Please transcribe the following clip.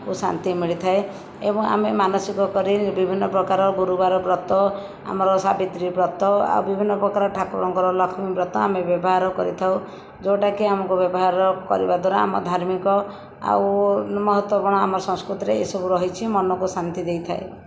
କୁ ଶାନ୍ତି ମିଳିଥାଏ ଏବଂ ଆମେ ମାନସିକ କରି ବିଭିନ୍ନ ପ୍ରକାର ଗୁରୁବାର ବ୍ରତ ଆମର ସାବିତ୍ରୀ ବ୍ରତ ଆଉ ବିଭିନ୍ନ ପ୍ରକାର ଠାକୁରଙ୍କର ଲକ୍ଷ୍ମୀ ବ୍ରତ ଆମେ ବ୍ୟବହାର କରିଥାଉ ଯେଉଁଟାକି ଆମକୁ ବ୍ୟବହାର କରିବା ଦ୍ୱାରା ଆମ ଧାର୍ମିକ ଆଉ ମହତ୍ତ୍ଵଗୁଣ ଆମ ସଂସ୍କୃତିରେ ଏଇ ସବୁ ରହିଛି ମନକୁ ଶାନ୍ତି ଦେଇଥାଏ